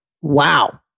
wow